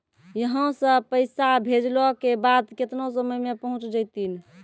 यहां सा पैसा भेजलो के बाद केतना समय मे पहुंच जैतीन?